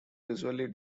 usually